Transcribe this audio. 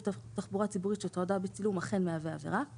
תחבורה ציבורית שתועדה בצילום אכן מהווה עבירה";